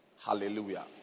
Hallelujah